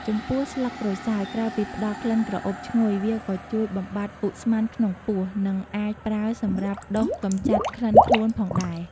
ចំពោះស្លឹកក្រូចសើច ក្រៅពីផ្តល់ក្លិនក្រអូបឈ្ងុយ វាក៏ជួយបំបាត់ឧស្ម័នក្នុងពោះ និងអាចប្រើសម្រាប់ដុសកម្ចាត់ក្លិនខ្លួនផងដែរ។